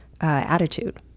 attitude